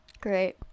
great